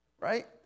Right